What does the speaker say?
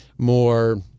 More